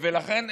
לכן,